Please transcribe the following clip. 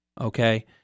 Okay